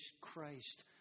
Christ